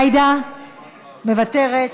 מוותרת,